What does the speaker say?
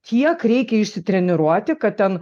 kiek reikia išsitreniruoti kad ten